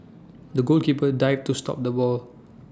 the goalkeeper dived to stop the ball